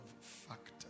factor